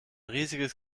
riesiges